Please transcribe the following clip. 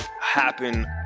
happen